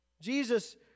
Jesus